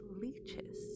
leeches